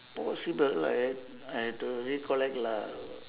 possible I have I have to recollect lah